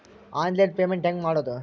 Online payment ಹೆಂಗ್ ಮಾಡೋದು?